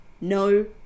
no